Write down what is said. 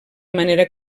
manera